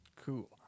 Cool